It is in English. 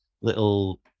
little